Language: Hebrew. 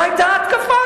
מה היתה ההתקפה?